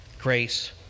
grace